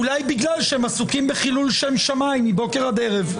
אולי בגלל שהם עסוקים בחילול שם שמיים מבוקר עד ערב.